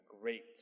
great